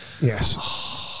Yes